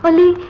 ah new